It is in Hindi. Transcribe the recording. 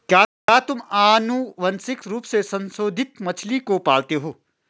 क्या तुम आनुवंशिक रूप से संशोधित मछली को पालते हो?